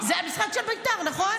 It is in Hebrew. זה על משחק של בית"ר, נכון?